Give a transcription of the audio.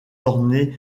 ornés